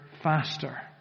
faster